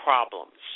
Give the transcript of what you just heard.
problems